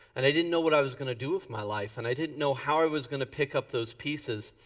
and i didn't know what i was gonna do with my life. and i didn't know how i was gonna pick up those pieces.